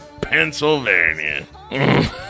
Pennsylvania